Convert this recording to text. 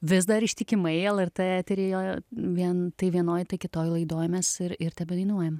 vis dar ištikimai lrt eteryje vien tai vienoj tai kitoj laidoj mes ir ir tebedainuojam